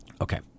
Okay